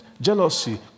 jealousy